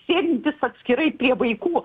sėdintys atskirai prie vaikų